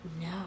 No